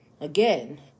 Again